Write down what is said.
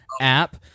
app